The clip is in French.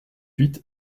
huit